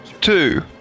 two